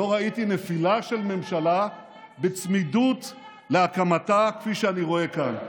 לא ראיתי נפילה של ממשלה בצמידות להקמתה כפי שאני רואה כאן.